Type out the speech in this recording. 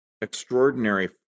extraordinary